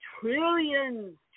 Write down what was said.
trillions